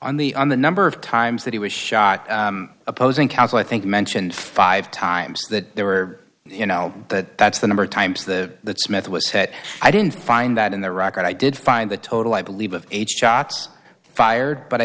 on the on the number of times that he was shot opposing counsel i think mentioned five times that there were you know that that's the number of times the smith was hit i didn't find that in the record i did find the total i believe of eight shots fired but i